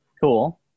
Cool